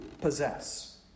possess